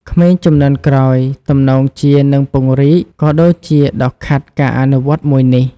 ក្មេងជំនាន់ក្រោយទំនងជានឹងពង្រីក ក៏ដូចជាដុសខាត់ការអនុវត្តមួយនេះ។